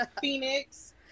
Phoenix